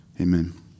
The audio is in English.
amen